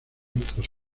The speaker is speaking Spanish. tras